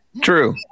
True